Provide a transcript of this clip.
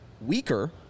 weaker